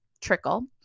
trickle